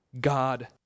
God